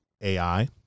AI